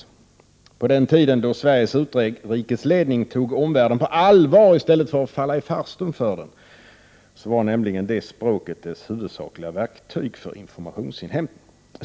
Det gäller den tid då Sveriges utrikesledning tog omvärlden på allvar i stället för att falla i farstun för den. Då var nämligen språket i fråga dess huvudsakliga verktyg för informationsinhämtning.